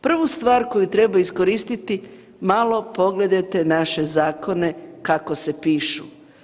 Prvu stvar koju treba iskoristiti malo pogledajte naše zakona kako se pišu.